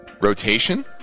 rotation